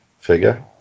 figure